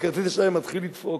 וכרטיס האשראי מתחיל לדפוק,